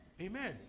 Amen